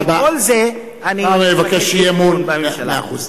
על כל זה, אני מבקש אי-אמון בממשלה.